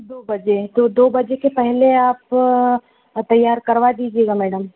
दो बजे तो दो बजे के पहले आप तैयार करवा दीजिएगा मैडम